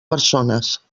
persones